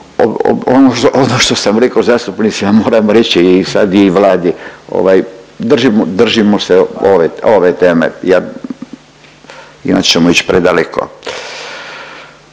Ono što sam rekao zastupnicima moram veći sad i Vladi, držimo se ove teme inače ćemo ić predaleko.